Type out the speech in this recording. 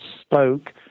spoke